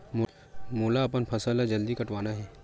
मोला अपन फसल ला जल्दी कटवाना हे?